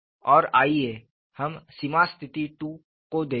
और आइए हम सीमा स्थिति 2 को देखें